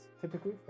Typically